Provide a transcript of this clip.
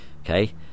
okay